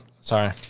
sorry